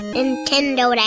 Nintendo